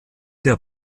der